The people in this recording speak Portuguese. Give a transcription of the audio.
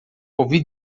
ouvi